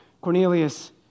Cornelius